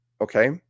Okay